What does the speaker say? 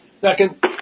Second